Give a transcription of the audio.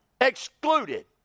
Excluded